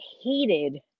hated